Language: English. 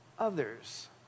others